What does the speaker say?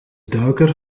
duiker